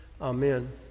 Amen